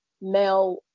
male